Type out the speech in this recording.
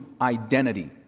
identity